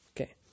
okay